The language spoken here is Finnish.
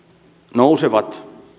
nousevat